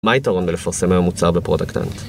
מה היתרון בלפרסם היום מוצר בproduct end?